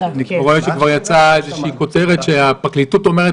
אני רואה שכבר יצאה איזושהי כותרת שהפרקליטות אומרת